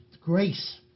grace